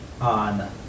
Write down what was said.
on